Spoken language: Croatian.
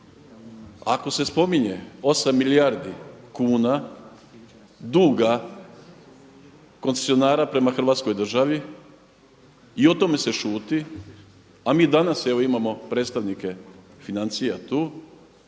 Ako se spominje 8 milijardi kuna duga koncesionara prema Hrvatskoj državi i o tome se šuti a mi evo danas imamo predstavnike financija tu,